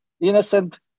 innocent